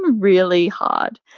really hard.